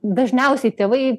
dažniausiai tėvai